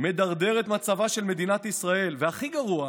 מדרדר את מצבה של מדינת ישראל, והכי גרוע",